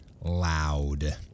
loud